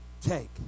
take